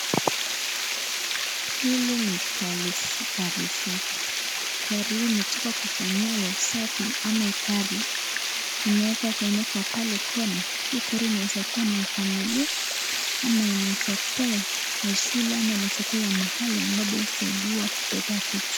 Hili ni gari safi, gari hii imetoka kufanyiwa usafi ama hii gari imewekwa pale kona. Hii gari inaweza kuwa ni ya familia ama inaweza kuwa ni shule ama inaweza kuwa ya mahali ambapo husaidiwa kubeba vitu.